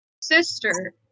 sister